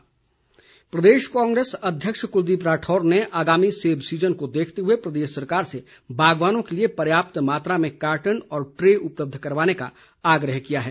कुलदीप राठौर प्रदेश कांग्रेस अध्यक्ष क्लदीप राठौर ने आगामी सेब सीजन को देखते हुए प्रदेश सरकार से बागवानों के लिए पर्याप्त मात्रा में कार्टन और ट्रे उपलब्ध करवाने का आग्रह किया है